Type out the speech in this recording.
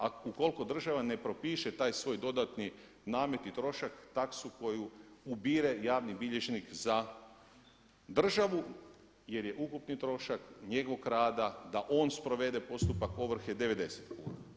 A ukoliko država ne propiše taj svoj dodatni namet i trošak, taksu koju ubire javni bilježnik za državu jer je ukupni trošak njegovog rada da on sprovede postupak ovrhe 90 kuna.